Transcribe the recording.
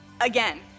Again